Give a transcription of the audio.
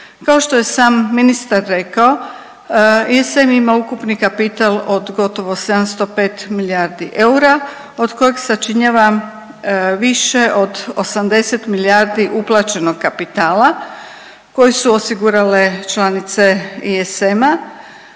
Kao što je sam ministar rekao ESM ima ukupni kapital od gotovo 705 milijardi eura od kojeg sačinjava više od 80 milijardi uplaćenog kapitala koji su osigurale članice ESM-a